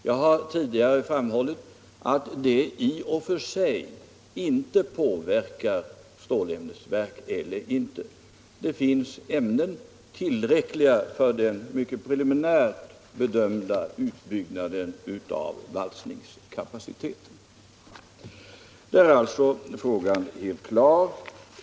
Jag har tidigare framhållit att det i och för sig inte påverkar frågan om stålämnesverk. Det finns tillräckligt med ämnen för den mycket preliminärt bedömda utbyggnaden av valsningskapaciteten. Där är alltså frågan helt klar.